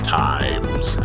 times